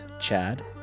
Chad